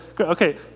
okay